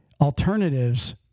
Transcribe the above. alternatives